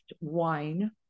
wine